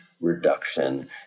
reduction